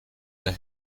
the